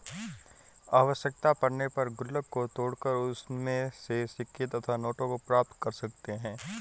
आवश्यकता पड़ने पर गुल्लक को तोड़कर उसमें से सिक्कों तथा नोटों को प्राप्त कर सकते हैं